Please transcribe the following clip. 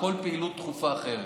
כל פעילות דחופה אחרת.